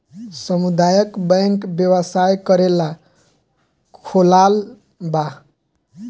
सामुदायक बैंक व्यवसाय करेला खोलाल बा